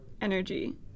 energy